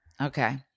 Okay